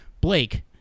Blake